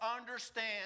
understand